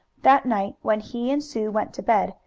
that night, when he and sue went to bed,